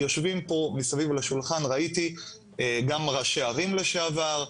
יושבים פה מסביב לשולחן גם ראשי ערים לשעבר,